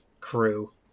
crew